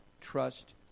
trust